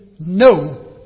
No